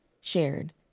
shared